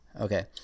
Okay